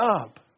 up